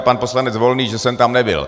Pan poslanec Volný říká, že jsem tam nebyl.